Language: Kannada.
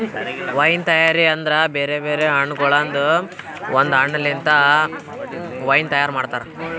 ವೈನ್ ತೈಯಾರಿ ಅಂದುರ್ ಬೇರೆ ಬೇರೆ ಹಣ್ಣಗೊಳ್ದಾಂದು ಒಂದ್ ಹಣ್ಣ ಲಿಂತ್ ವೈನ್ ತೈಯಾರ್ ಮಾಡ್ತಾರ್